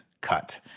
cut